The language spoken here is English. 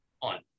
On